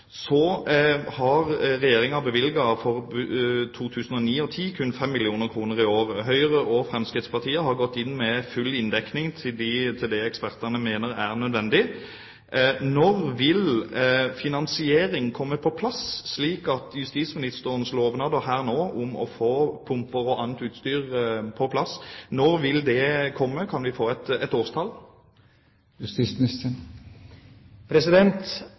har Regjeringen for 2009 og 2010 bevilget kun 5 mill. kr i året. Høyre og Fremskrittspartiet har gått inn med full inndekning til det ekspertene mener er nødvendig. Når vil finansieringen komme på plass, slik at justisministerens lovnader her og nå om å få pumper og annet utstyr på plass kan oppfylles? Kan vi få et årstall?